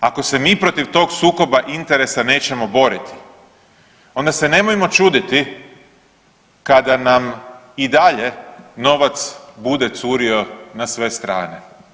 Ako se mi protiv tog sukoba interesa nećemo boriti onda se nemojmo čuditi kada nam i dalje novac bude curio na sve strane.